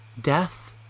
death